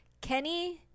Kenny